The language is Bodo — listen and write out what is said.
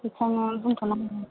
बेनिखायनो बुंथ'नो हाया